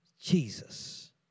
Jesus